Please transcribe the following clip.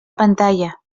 pantalla